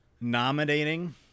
nominating